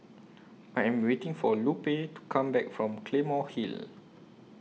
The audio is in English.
I Am waiting For Lupe to Come Back from Claymore Hill